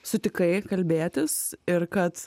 sutikai kalbėtis ir kad